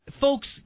Folks